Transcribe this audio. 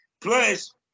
Plus